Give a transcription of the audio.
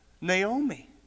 Naomi